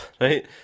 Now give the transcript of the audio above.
right